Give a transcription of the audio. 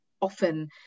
often